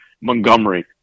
Montgomery